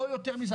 לא יותר מזה,